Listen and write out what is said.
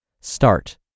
Start